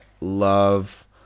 love